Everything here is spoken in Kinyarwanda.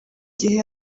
gihe